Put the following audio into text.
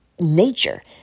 nature